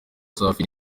safi